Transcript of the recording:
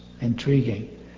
intriguing